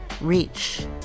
reach